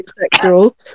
Sexual